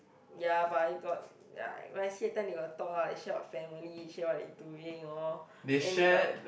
ya but then got ya my i_c the time will talk lah they share of families share what they doing orh then they got